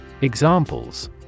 Examples